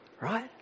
Right